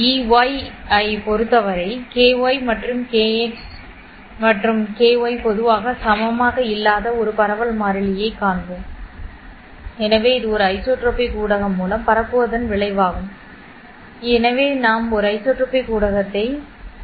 Ey ஐப் பொறுத்தவரை ky மற்றும் இந்த kx மற்றும் ky பொதுவாக சமமாக இல்லாத ஒரு பரவல் மாறிலியைக் காண்போம் எனவே இது ஒரு ஐசோட்ரோபிக் ஊடகம் மூலம் பரப்புவதன் விளைவாகும் எனவே நாம் ஒரு ஐசோட்ரோபிக் ஊடகத்தைப் பார்க்க மாட்டோம்